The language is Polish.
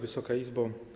Wysoka Izbo!